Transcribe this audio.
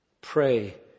Pray